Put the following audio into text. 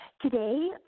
today